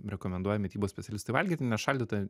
rekomenduoja mitybos specialistai valgyti nešaldytą